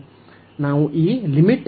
ನಾವು ಅಥವಾ p 1 ಅನ್ನು ತೆಗೆದುಕೊಳ್ಳಬಹುದು